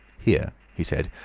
here, he said.